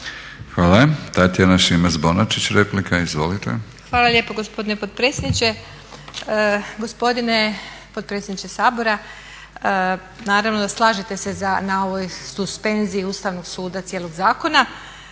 Izvolite. **Šimac Bonačić, Tatjana (SDP)** Hvala lijepo gospodine potpredsjedniče. Gospodine potpredsjedniče Sabora, naravno slažete se na ovoj suspenziji Ustavnog suda cijelog zakona,